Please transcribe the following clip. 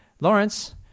lawrence